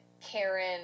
Karen